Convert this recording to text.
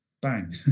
bang